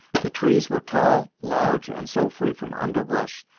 the trees were tall, large, and so free from underbrush,